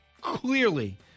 clearly